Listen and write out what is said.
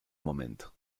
momento